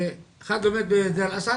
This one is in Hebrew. שאחד באמת בדיר אל אסד,